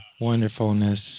wonderfulness